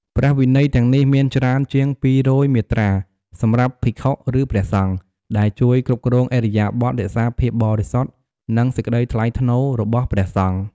ព្រះវិន័យទាំងនេះមានច្រើនជាង ២០០ មាត្រាសម្រាប់ភិក្ខុ ឬព្រះសង្ឃ ដែលជួយគ្រប់គ្រងឥរិយាបថ រក្សាភាពបរិសុទ្ធ និងសេចក្ដីថ្លៃថ្នូររបស់ព្រះសង្ឃ។